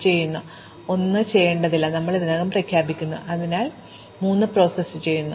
2 ലേക്ക് മടങ്ങുന്നതിന് അതിനാൽ 1 ചെയ്യേണ്ടതില്ലെന്ന് ഞങ്ങൾ ഇതിനകം പ്രഖ്യാപിച്ചിരുന്നു ഞങ്ങൾ ഇതിനകം 3 പ്രോസസ്സ് ചെയ്തു